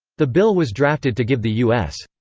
the bill was drafted to give the u s.